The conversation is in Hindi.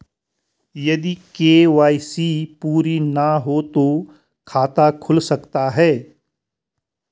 यदि के.वाई.सी पूरी ना हो तो खाता खुल सकता है?